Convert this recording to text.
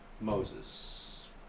Moses